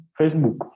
Facebook